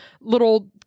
little